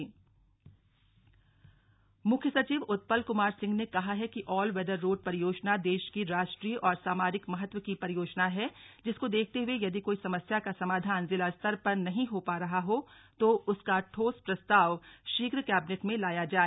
मुख्य सचिव मुख्य सचिव उत्पल कुमार सिंह ने कहा है कि ऑल वेदर रोड परियोजना देश की राष्ट्रीय और सामरिक महत्व की परियोजना है जिसको देखते हुए यदि कोई समस्या का समाधान जिला स्तर पर नहीं हो पा रहा हो तो उसका ठोस प्रस्ताव शीघ्र कैबिनेट में लाया जाए